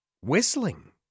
whistling